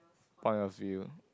point of view